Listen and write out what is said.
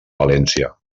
valència